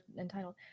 entitled